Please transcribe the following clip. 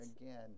Again